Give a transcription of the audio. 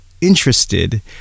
interested